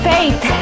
Faith